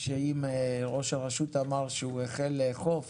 אם ראש הרשות אמר שהוא החל לאכוף